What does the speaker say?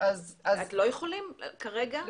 אתם לא יכולים כרגע?